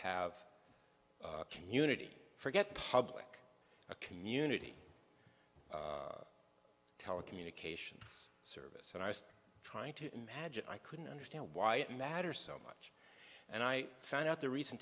have community forget public a community telecommunications service and i was trying to imagine i couldn't understand why it matters so much and i found out the reason